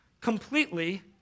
completely